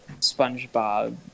spongebob